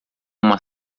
uma